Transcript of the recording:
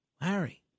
Larry